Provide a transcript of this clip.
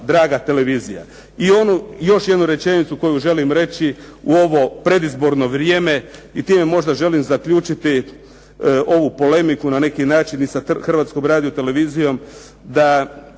I još jednu rečenicu koju želim reći u ovom predizborno vrijeme i time možda želim zaključiti ovu polemiku na neki način i sa Hrvatskom radiotelevizijom, da